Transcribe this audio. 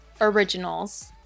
originals